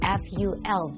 ful 。